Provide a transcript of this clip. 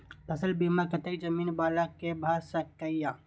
फसल बीमा कतेक जमीन वाला के भ सकेया?